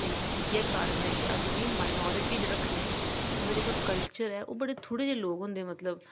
ते इ'यै कारण ऐ के अस उ'नेंगी मनार्टी च रक्खने ते ओह्दे च जेह्का कल्चर ऐ ओह् बड़े थोह्ड़े जे लोक होंदे मतलब